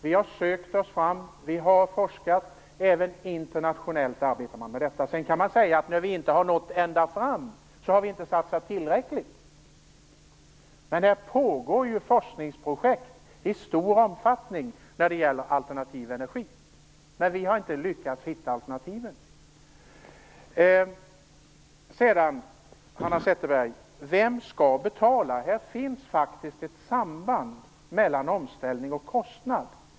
Vi har sökt oss fram, och vi har forskat, och även internationellt arbetar man med detta. När vi inte har nått ända fram har vi inte satsat tillräckligt. Det pågår forskningsprojekt i stor omfattning när det gäller alternativ energi, men vi har inte lyckats hitta alternativen. Vem skall betala, Hanna Zetterberg? Det finns faktiskt ett samband mellan omställning och kostnad.